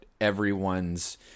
everyone's